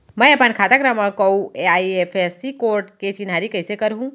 मैं अपन खाता क्रमाँक अऊ आई.एफ.एस.सी कोड के चिन्हारी कइसे करहूँ?